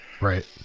Right